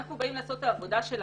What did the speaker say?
אנחנו באים לעשות את העבודה שלנו.